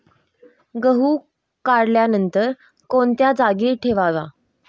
गहू काढल्यानंतर कोणत्या जागी ठेवावा?